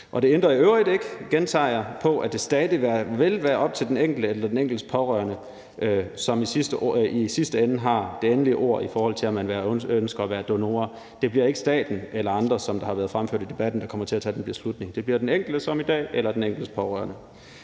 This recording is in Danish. det ændrer i øvrigt ikke på, gentager jeg, at det stadig vil være op til den enkelte eller den enkeltes pårørende, som i sidste ende har det endelige ord i forhold til donation. Det bliver ikke staten eller andre, sådan som det har været fremført i debatten, der kommer til at tage den beslutning. Det bliver den enkelte som i dag eller den enkeltes pårørende.